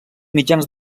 mitjans